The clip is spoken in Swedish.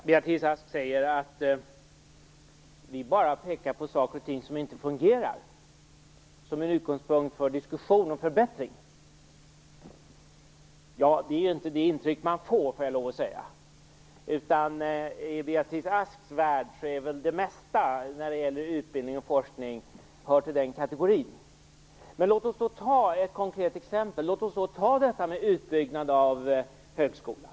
Fru talman! Beatrice Ask säger att Moderaterna bara pekar på saker och ting som inte fungerar som en utgångspunkt för diskussion och förbättring. Det är ju inte det intryck man får, måste jag säga. I Beatrice Asks värld hör det mesta inom utbildning och forskning till den kategorin. Låt oss ta ett konkret exempel: utbyggnaden av högskolan.